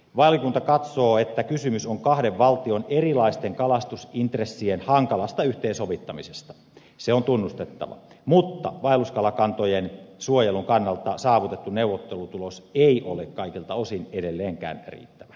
valiokunta katsoo että kysymys on kahden valtion erilaisten kalastusintressien hankalasta yhteensovittamisesta se on tunnustettava mutta vaelluskalakantojen suojelun kannalta saavutettu neuvottelutulos ei ole kaikilta osin edelleenkään riittävä se on myönnettävä